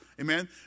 amen